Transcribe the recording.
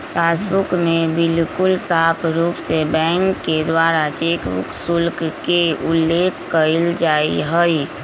passbook में बिल्कुल साफ़ रूप से बैंक के द्वारा चेकबुक शुल्क के उल्लेख कइल जाहई